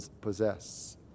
possess